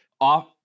off